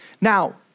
Now